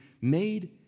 made